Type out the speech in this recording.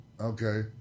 Okay